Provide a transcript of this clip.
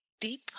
deep